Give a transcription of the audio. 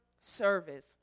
service